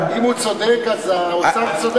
ואומרים: תגידו תודה שאתם בדמוקרטיה הזאת.